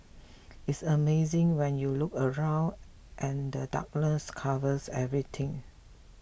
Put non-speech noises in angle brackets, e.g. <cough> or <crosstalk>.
<noise> it's amazing when you look around and the darkness covers everything